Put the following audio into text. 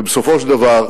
ובסופו של דבר,